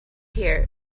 here